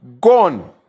gone